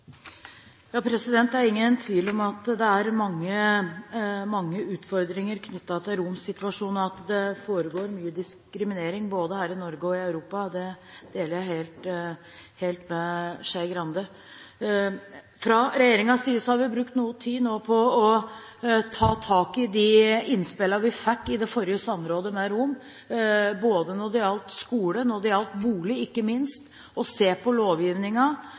mange utfordringer knyttet til romers situasjon, og at det foregår mye diskriminering både her i Norge og i Europa – det synet deler jeg helt med representanten Skei Grande. Fra regjeringens side har vi brukt noe tid nå på å ta tak i de innspillene vi fikk i det forrige samrådet med romene, både når det gjaldt skole og ikke minst bolig, til å se på